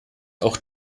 auch